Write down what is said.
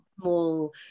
small